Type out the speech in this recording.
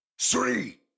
three